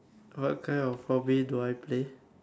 what kind of hobby do I play